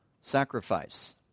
sacrifice